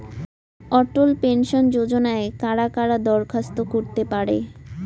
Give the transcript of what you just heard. অটল pension যোজনায় কারা কারা দরখাস্ত করতে পারে?